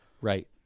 Right